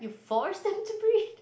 force them to breathe